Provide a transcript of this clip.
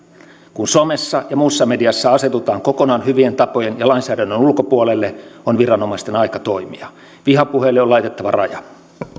kun somessa ja muussa mediassa asetutaan kokonaan hyvien tapojen ja lainsäädännön ulkopuolelle on viranomaisten aika toimia vihapuheelle on laitettava raja